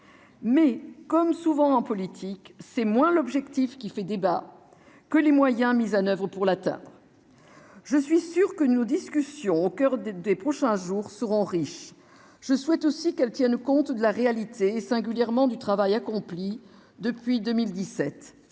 mais comme souvent en politique, c'est moins l'objectif qui fait débat, que les moyens mis en oeuvre pour la table, je suis sûr que nos discussions au coeur des des prochains jours seront riches, je souhaite aussi qu'elle tienne compte de la réalité, et singulièrement du travail accompli depuis 2017